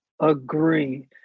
agree